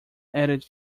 added